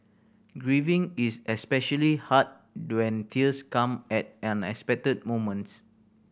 grieving is especially hard when tears come at unexpected moments